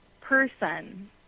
person